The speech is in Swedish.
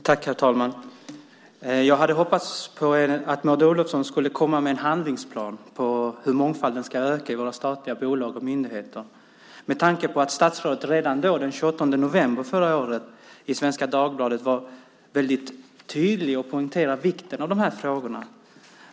Herr talman! Jag hade hoppats att Maud Olofsson skulle komma med en handlingsplan för hur mångfalden ska öka i våra statliga bolag och myndigheter med tanke på att statsrådet redan den 28 november förra året i Svenska Dagbladet var väldigt tydlig och poängterade vikten av de här frågorna.